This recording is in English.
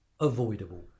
avoidable